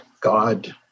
God